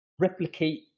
replicate